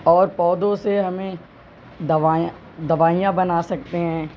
اور پودوں سے ہمیں دوائیں دوائیاں بنا سکتے ہیں